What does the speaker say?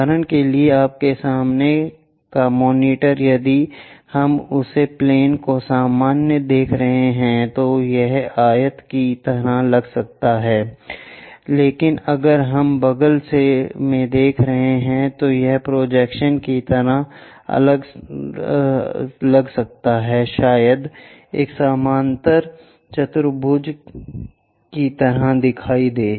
उदाहरण के लिए आपके सामने का मॉनीटर यदि हम उस प्लेन को सामान्य देख रहे हैं तो यह आयत की तरह लग सकता है लेकिन अगर हम बग़ल में देख रहे हैं तो यह प्रोजेक्शन की तरह लग सकता है शायद एक समांतर चतुर्भुज की तरह लग सकता है